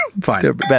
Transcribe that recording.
Fine